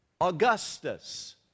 Augustus